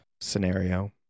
scenario